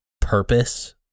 purpose